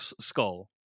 Skull